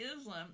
Islam